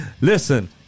Listen